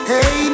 Hey